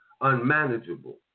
Unmanageable